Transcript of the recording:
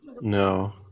No